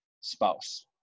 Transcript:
spouse